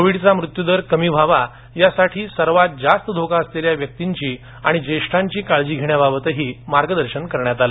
कोविडचा मृत्यू दर कमी व्हावा यासाठी सर्वात जास्त धोका असलेल्या व्यक्तींची आणि ज्येष्ठांची काळजी घेण्याबाबतही मार्गदर्शन करण्यात आलं